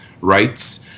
rights